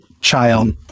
child